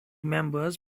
members